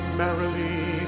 merrily